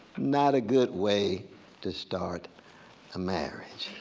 not a good way to start a marriage.